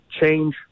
change